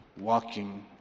walking